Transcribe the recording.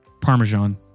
Parmesan